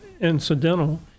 incidental